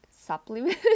supplements